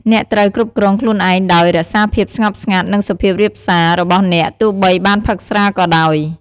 អ្នកត្រូវគ្រប់គ្រងខ្លួនឯងដោយ រក្សាភាពស្ងប់ស្ងាត់ និងសុភាពរាបសា របស់អ្នក ទោះបីបានផឹកស្រាក៏ដោយ។